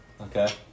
Okay